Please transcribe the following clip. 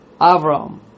Avram